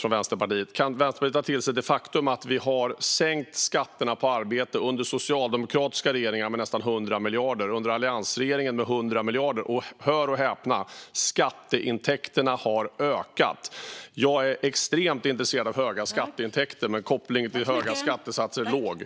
Kan då Vänsterpartiet ta till sig det faktum att man har sänkt skatterna på arbete under socialdemokratiska regeringar med nästan 100 miljarder och under alliansregeringen med 100 miljarder och att skatteintäkterna - hör och häpna - har ökat? Jag är extremt intresserad av höga skatteintäkter, men kopplingen till höga skattesatser är svag.